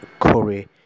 curry